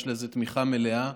יש לזה תמיכה מלאה.